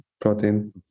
protein